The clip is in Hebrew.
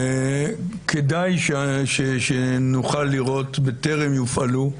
כדאי שנוכל לראות בטרם יופעלו,